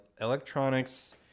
Electronics